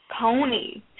Pony